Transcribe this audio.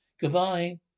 Goodbye